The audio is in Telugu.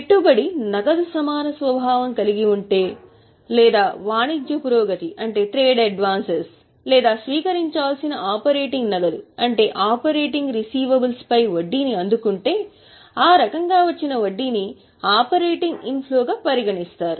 పెట్టుబడి నగదు సమాన స్వభావం కలిగి ఉంటే లేదా వాణిజ్య పురోగతి పై వడ్డీని అందుకుంటే ఆ రకంగా వచ్చిన వడ్డీని ఆపరేటింగ్ ఇన్ఫ్లోగా పరిగణిస్తారు